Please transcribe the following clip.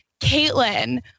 Caitlin